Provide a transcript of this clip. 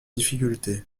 difficultés